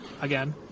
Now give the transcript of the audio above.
Again